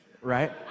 right